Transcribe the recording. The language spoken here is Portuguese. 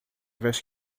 vez